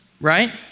right